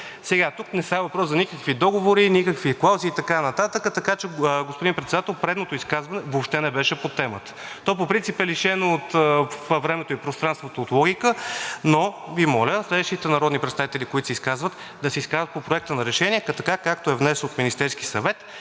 Тук не става въпрос за никакви договори, никакви клаузи и така нататък. Така че, господин Председател, предното изказване въобще не беше по темата. То по принцип е лишено във времето и пространството от логика, но Ви моля следващите народни представители, които се изказват, да се изказват по Проекта на решение така, както е внесен от Министерския съвет,